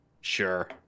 Sure